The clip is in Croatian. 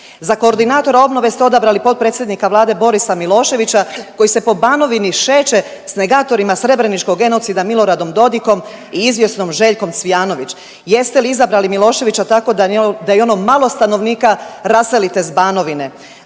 Za koordinatora obnove ste odabrali potpredsjednika Vlade Borisa Miloševića koji se po Banovni šeće s negatorima Srebreničkog genocida Miloradom Dodigom i izvjesnom Željkom Cvijanović. Jeste izabrali Miloševića tako da i ono malo stanovnika raselite s Banovine.